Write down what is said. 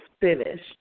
finished